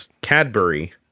Cadbury